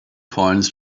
coins